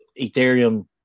Ethereum